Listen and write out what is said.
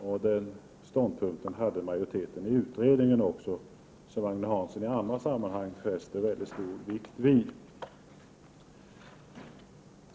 Denna ståndpunkt intog också majoriteten i utredningen, något som Agne Hansson i andra sammanhang fäster mycket stor vikt vid.